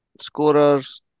Scorers